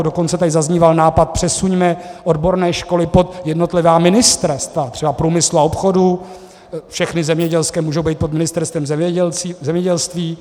Dokonce tady zazníval nápad: přesuňme odborné školy pod jednotlivá ministerstva, třeba průmyslu a obchodu, všechny zemědělské můžou být pod Ministerstvem zemědělství.